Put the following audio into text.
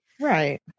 right